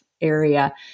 area